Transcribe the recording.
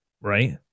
Right